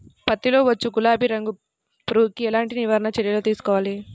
పత్తిలో వచ్చు గులాబీ రంగు పురుగుకి ఎలాంటి నివారణ చర్యలు తీసుకోవాలి?